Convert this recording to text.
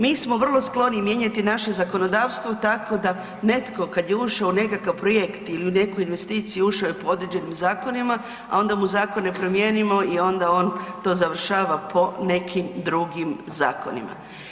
Mi smo vrlo skloni mijenjati naše zakonodavstvo tako da netko kad je ušao u nekakav projekt ili nekakvu investiciju, ušao je po određenim zakonima, a onda mu zakone promijenimo i onda on to završava po nekim drugim zakonima.